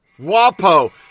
Wapo